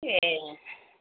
ए